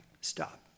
stop